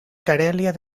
carèlia